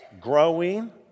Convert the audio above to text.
growing